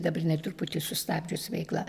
dabar jinai truputį sustabdžius veiklą